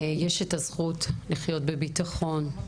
יש את הזכות לחיות בביטחון,